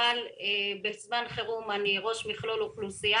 אבל בזמן חירום אני ראש מכלול אוכלוסייה,